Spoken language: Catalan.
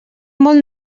molt